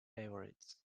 favorites